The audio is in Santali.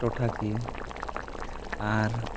ᱴᱚᱴᱷᱟᱠᱤᱭᱟᱹ ᱟᱨ